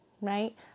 right